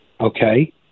Okay